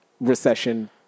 Recession